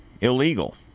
illegal